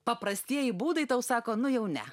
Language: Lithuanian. paprastieji būdai tau sako nu jau ne